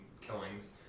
killings